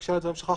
בהקשר לדברים שלך,